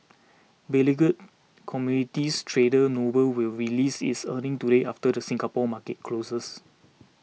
beleaguered commodities trader Noble will release its earnings today after the Singapore market closes